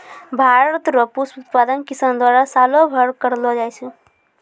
भारत रो पुष्प उत्पादन किसान द्वारा सालो भरी करलो जाय छै